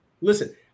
listen